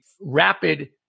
rapid